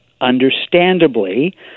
understandably